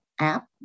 app